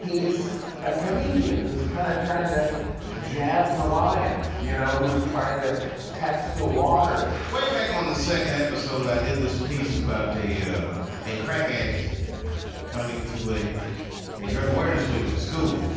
he's a comedian who's kind of trying to jab the lion you know who's trying to test the water way back on the second episode. i did this piece about the a a crack addict coming to a hey drug, awareness week at a school.